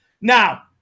Now